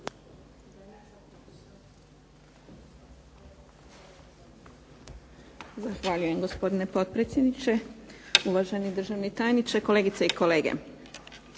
Zahvaljujem, gospodine potpredsjedniče. Uvaženi državni tajniče, kolegice i kolege.